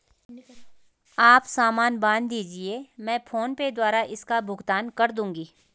आप सामान बांध दीजिये, मैं फोन पे द्वारा इसका भुगतान कर दूंगी